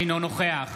אינו נוכח